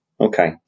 Okay